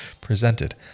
presented